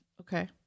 Okay